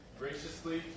graciously